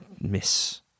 miss